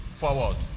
forward